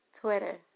Twitter